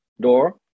door